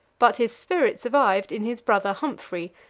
but his spirit survived in his brother humphrey,